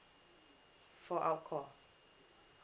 for out call